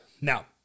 Now